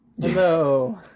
hello